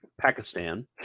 Pakistan